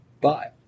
Bye